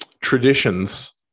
traditions